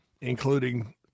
including